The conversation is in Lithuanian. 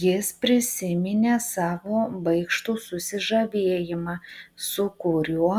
jis prisiminė savo baikštų susižavėjimą su kuriuo